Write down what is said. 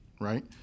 right